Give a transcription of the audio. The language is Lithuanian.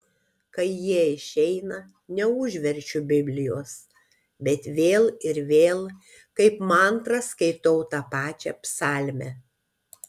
kai jie išeina neužverčiu biblijos bet vėl ir vėl kaip mantrą skaitau tą pačią psalmę